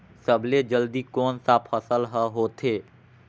सबले जल्दी कोन सा फसल ह होथे?